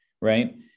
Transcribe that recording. right